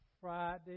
Friday